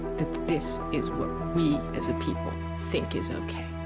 that this is what we as people think is ok